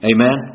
Amen